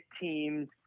teams